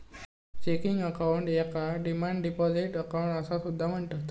checking account याका demand deposit account असा सुद्धा म्हणतत